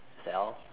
sell